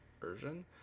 version